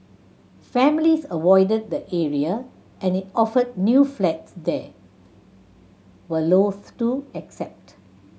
families avoided the area and it offered new flats there were loathe to accept